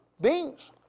beings